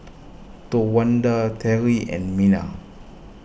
Towanda Teri and Mena